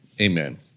amen